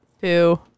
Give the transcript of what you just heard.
Two